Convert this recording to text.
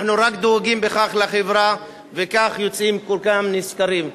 אנחנו רק דואגים בכך לחברה וכך יוצאים כולם נשכרים.